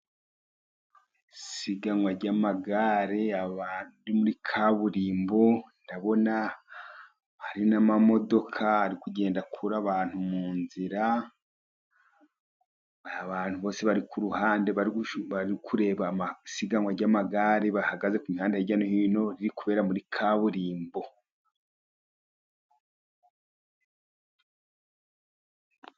Isiganwa ry'amagare y'abari muri kaburimbo. Ndabona hari n'amamodoka ari kugenda akura abantu mu nzira. Abantu bose bari ku ruhande bari kureba isiganwa ry'amagare, bahagaze ku mihanda hirya no hino. Riri kubera muri kaburimbo.